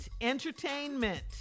Entertainment